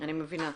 --- אני מבינה.